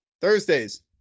Thursdays